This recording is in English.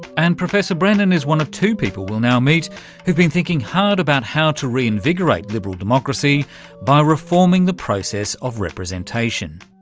and professor brennan is one of two people we'll now meet who've been thinking hard about how to reinvigorate liberal democracy by reforming the process of representation.